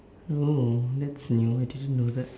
oh that's new I didn't know that